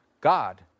God